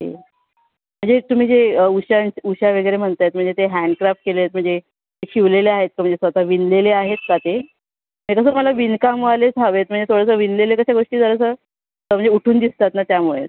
के म्हणजे तुम्ही जे उशां उशा वगैरे म्हणत आहेत म्हणजे ते हँडक्राफ्ट केले आहेत म्हणजे शिवलेले आहेत का म्हणजे स्वतः विणलेले आहेत का ते नाही तसं मला विणकामवालेच हवे आहेत म्हणजे थोडंसं विणलेले कशा गोष्टी जरासं म्हणजे उठून दिसतात ना त्यामुळे